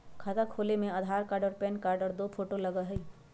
खाता खोले में आधार कार्ड और पेन कार्ड और दो फोटो लगहई?